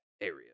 area